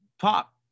pop